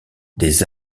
des